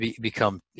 become